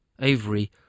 Avery